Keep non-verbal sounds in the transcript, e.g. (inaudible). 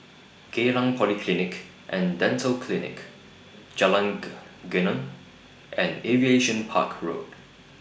Geylang Polyclinic and Dental Clinic Jalan (unintelligible) Geneng and Aviation Park Road